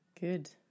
Good